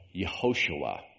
Yehoshua